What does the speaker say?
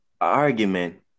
argument